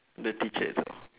the teacher as well